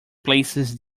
places